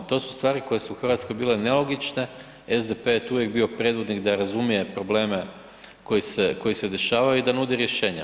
To su stvari koje su u Hrvatskoj bile nelogične, SDP je tu uvijek bio predvodnik da razumije probleme koji se dešavaju i da nude rješenja.